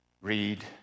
read